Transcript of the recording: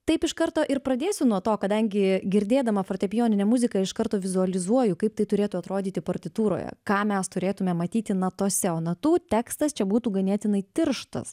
taip iš karto ir pradėsiu nuo to kadangi girdėdama fortepijoninę muziką iš karto vizualizuoju kaip tai turėtų atrodyti partitūroje ką mes turėtume matyti natose o natų tekstas čia būtų ganėtinai tirštas